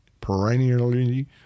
perennially